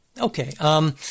Okay